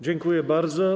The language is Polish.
Dziękuję bardzo.